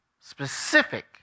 specific